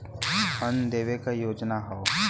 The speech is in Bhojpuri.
अन्न देवे क योजना हव